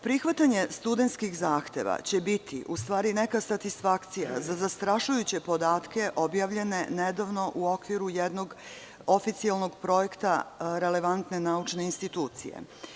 Prihvatanje studentskih zahteva će u stvari biti neka satisfakcija za zastrašujuće podatke objavljene nedavno u okviru jednog oficijalnog projekta „Relevantne naučne institucije“